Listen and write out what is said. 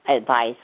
advice